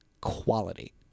quality